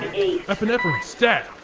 epinephrine stat